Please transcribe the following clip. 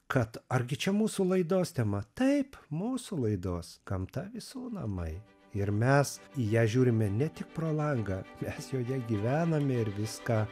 kad argi čia mūsų laidos tema taip mūsų laidos gamta visų namai ir mes į ją žiūrime ne tik pro langą mes joje gyvename ir viską